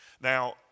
Now